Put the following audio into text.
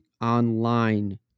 online